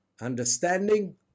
understanding